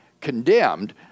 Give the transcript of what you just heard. condemned